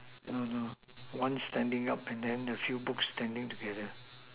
no no one standing up and then a few books standing together